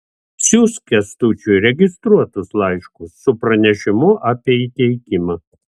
siųsk kęstučiui registruotus laiškus su pranešimu apie įteikimą